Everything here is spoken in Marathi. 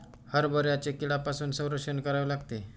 हरभऱ्याचे कीड्यांपासून संरक्षण करावे लागते